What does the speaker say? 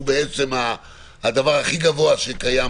שהוא הדבר הכי גבוה שקיים